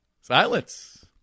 Silence